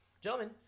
gentlemen